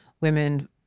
women